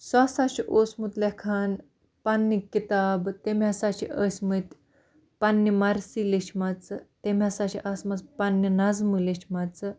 سُہ ہَسا چھُ اوسمُت لیٚکھان پَننہِ کِتابہٕ تٔمۍ ہَسا چھِ ٲسۍ مِتۍ پَننہِ مَرثی لیچھمَژٕ تٔمۍ ہَسا چھِ آسمَژٕ پَننہِ نَظمہٕ لیچھمَژٕ